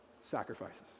sacrifices